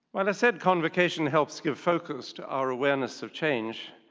while i said convocation helps give focus to our awareness of change,